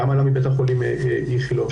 גם מבית החולים איכילוב,